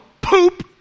poop